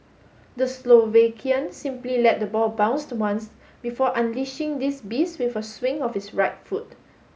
the Slovakian simply let the ball bounced once before unleashing this beast with a swing of his right foot